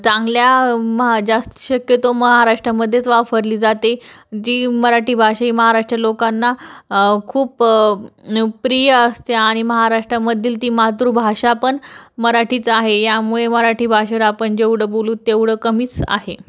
चांगल्या महा जास्त शक्यतो महाराष्ट्रामध्येच वापरली जाते जी मराठी भाषा ही महाराष्ट्र लोकांना खूप प्रिय असते आणि महाराष्ट्रामधील ती मातृभाषा पण मराठीच आहे यामुळे मराठी भाषेवर आपण जेवढं बोलू तेवढं कमीच आहे